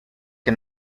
que